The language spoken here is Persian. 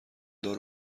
دار